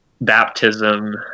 baptism